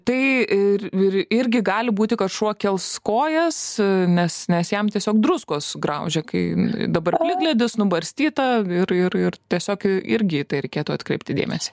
tai ir ir irgi gali būti kad šuo kels kojas nes nes jam tiesiog druskos graužia kai dabar plikledis nubarstyta ir ir ir tiesiog irgi į tai reikėtų atkreipti dėmesį